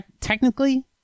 technically